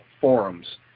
forums